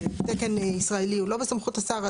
תקן ישראלי הוא לא בסמכות השר.